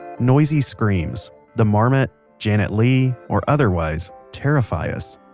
noisy screams the marmot, janet leigh, or otherwise, terrify us,